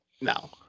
No